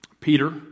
Peter